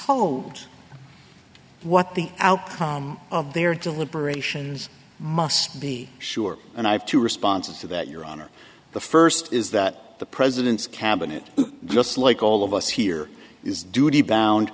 told what the outcome of their deliberations must be sure and i have two responses to that your honor the first is that the president's cabinet just like all of us here is duty bound